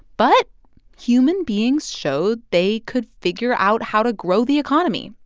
but human beings showed they could figure out how to grow the economy.